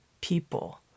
people